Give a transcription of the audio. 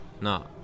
No